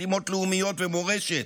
משימות לאומיות ומורשת,